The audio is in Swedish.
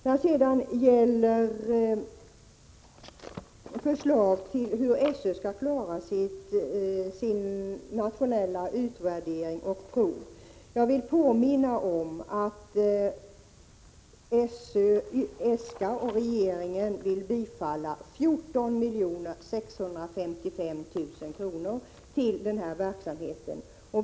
När det gäller förslaget om hur SÖ skall klara det nationella utvärderingsprogrammet och proven vill jag påminna om att SÖ äskar om och att regeringen vill anslå 14 655 000 kr. till denna verksamhet.